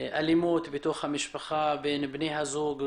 אלימות בתוך המשפחה, בין בני הזוג,